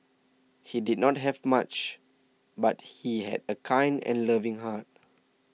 he did not have much but he had a kind and loving heart